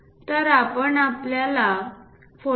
तरआपण आपल्या 45